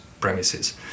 premises